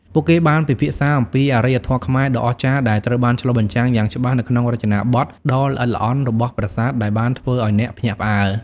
ពួកគេបានពិភាក្សាអំពីអរិយធម៌ខ្មែរដ៏អស្ចារ្យដែលត្រូវបានឆ្លុះបញ្ចាំងយ៉ាងច្បាស់នៅក្នុងរចនាបថដ៏ល្អិតល្អន់របស់ប្រាសាទ ដែលបានធ្វើឱ្យអ្នកភ្ញាក់ផ្អើល។